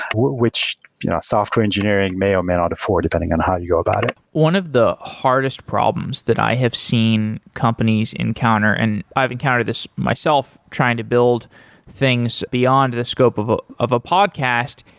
which software engineering may or may not afford, depending on how you go about it. one of the hardest problems that i have seen companies encounter, and i've encountered this myself trying to build things beyond the scope of ah of a podcast,